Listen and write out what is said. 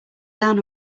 down